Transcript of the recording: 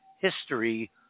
history